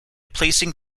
placing